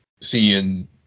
seeing